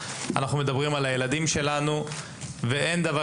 אנחנו מדברים על הילדים שלנו ואין דבר